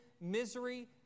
misery